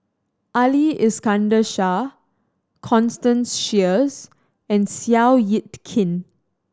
Ali Iskandar Shah Constance Sheares and Seow Yit Kin